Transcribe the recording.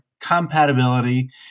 compatibility